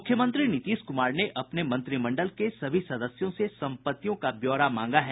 मुख्यमंत्री नीतीश कुमार ने अपने मंत्रिमंडल के सभी सदस्यों से संपत्तियों का ब्यौरा मांगा है